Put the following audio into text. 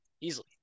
easily